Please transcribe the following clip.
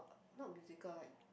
not musical like